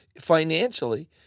financially